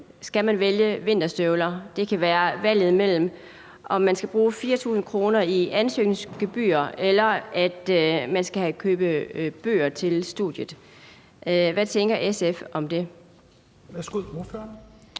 og vinterstøvler. Det kan være valget mellem, om man skal bruge 4.000 kr. på et ansøgningsgebyr eller man skal købe bøger til studiet. Hvad tænker SF om det? Kl. 16:18 Fjerde